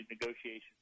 negotiations